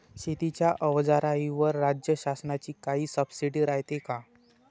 शेतीच्या अवजाराईवर राज्य शासनाची काई सबसीडी रायते का?